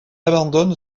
abandonne